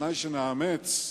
בתנאי שנאמץ,